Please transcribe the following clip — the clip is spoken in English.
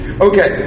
Okay